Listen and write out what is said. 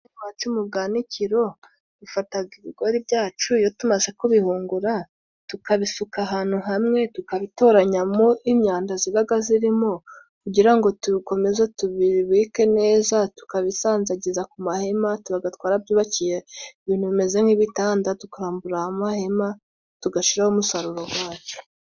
Iwacu mubwanikiro , dufataga ibigori byacu iyo tumaze kubihungura , tukabisuka ahantu hamwe tukabitoranyamo imyanda zibaga zirimo, kugira ngo dukomeze tubibike neza tukabisanzagiza ku mahema ,tubaga twarabyubakiye ibintu bimeze nk'ibitanda tukaramburaho amahema tugashiraho umusaruro gwacu.